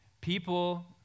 people